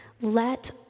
Let